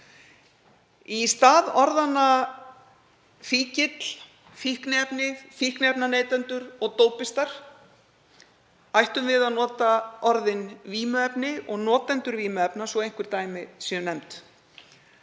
Í stað orðanna fíkill, fíkniefni, fíkniefnaneytendur og dópistar ættum við að nota orðin vímuefni og notendur vímuefna svo að einhver dæmi séu nefnd.